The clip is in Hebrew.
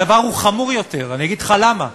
הדבר הוא חמור יותר, אני אגיד לך למה,